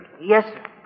Yes